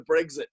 Brexit